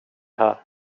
här